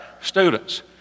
students